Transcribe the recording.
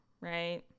right